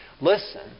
Listen